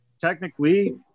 technically